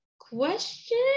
Question